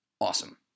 Awesome